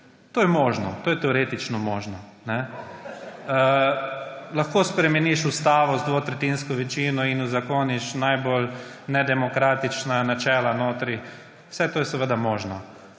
To je možno, to je teoretično možno. Lahko spremeniš ustavo z dvotretjinsko večino in uzakoniš notri najbolj nedemokratična načela. Vse to je seveda možno.